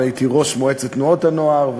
והייתי ראש מועצת תנועות הנוער,